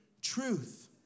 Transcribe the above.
truth